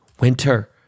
winter